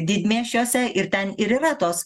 didmiesčiuose ir ten ir yra tos